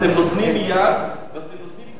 אתם נותנים יד ואתם מוצאים פסול שלא כחוק.